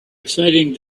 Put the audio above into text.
exciting